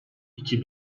iki